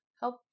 help